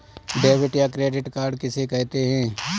Debit या credit card किसे कहते हैं?